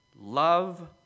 Love